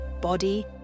body